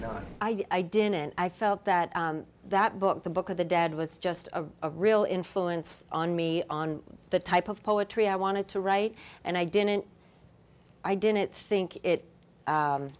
no i didn't i felt that that book the book of the dad was just a real influence on me on the type of poetry i wanted to write and i didn't i didn't think it